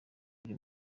biri